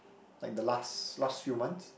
like the last last few months